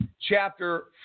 chapter